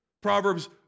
Proverbs